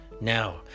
Now